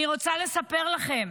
אני רוצה לספר לכם